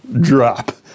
drop